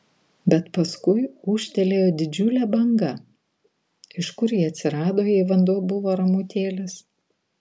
bet paskui ūžtelėjo didžiulė banga iš kur ji atsirado jei vanduo buvo ramutėlis